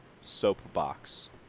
soapbox